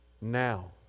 now